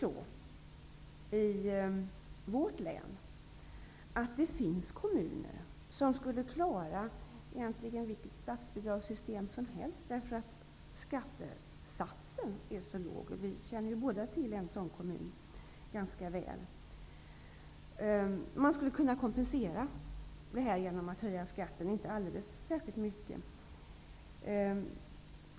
I vårt län finns det kommuner som skulle klara egentligen vilket statsbidragssystem som helst, därför att skattesatsen är så låg. Vi båda känner till en sådan kommun ganska väl. Det skulle man kunna kompensera genom en inte särskilt stor höjning av skatten.